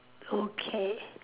okay